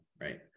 right